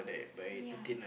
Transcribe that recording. ya